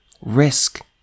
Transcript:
Risk